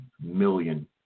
million